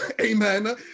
Amen